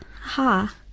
ha